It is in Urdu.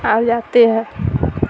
آ جاتے ہے